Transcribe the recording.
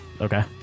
Okay